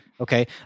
Okay